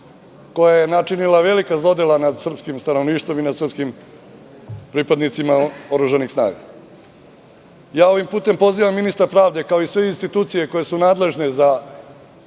koja je načinila velika zlodela nad srpskim stanovništvom i nad srpskim pripadnicima oružanih snaga. Ovim putem pozivam ministra pravde, kao i sve institucije koje su nadležne za